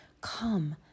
Come